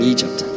Egypt